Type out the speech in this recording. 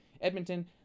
Edmonton